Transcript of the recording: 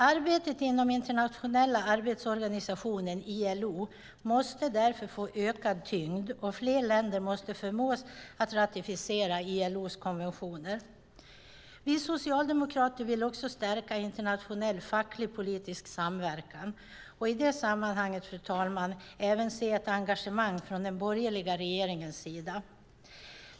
Arbetet inom Internationella arbetsorganisationen, ILO, måste därför få ökad tyngd och fler länder måste förmås att ratificera ILO:s konventioner. Vi socialdemokrater vill också stärka internationell facklig-politisk samverkan, och i det sammanhanget, fru talman, vill vi även se ett engagemang från den borgerliga regeringens sida.